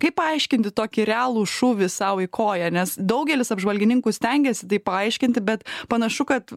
kaip paaiškinti tokį realų šūvį sau į koją nes daugelis apžvalgininkų stengėsi tai paaiškinti bet panašu kad